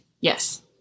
Yes